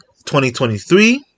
2023